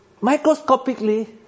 microscopically